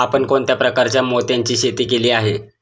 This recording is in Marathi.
आपण कोणत्या प्रकारच्या मोत्यांची शेती केली आहे?